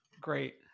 Great